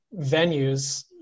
venues